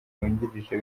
wungirije